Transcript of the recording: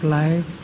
life